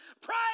pray